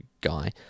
Guy